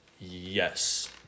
Yes